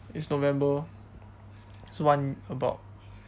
it's november it's one about